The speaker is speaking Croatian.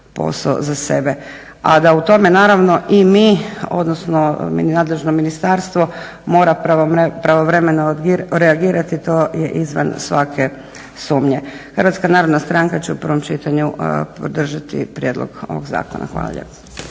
posao za sebe. A da u tome naravno i mi odnosno nadležno ministarstvo mora pravovremeno reagirati to je izvan svake sumnje. HNS će u prvom čitanju podržati prijedlog ovog zakona. Hvala